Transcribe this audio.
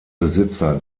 besitzer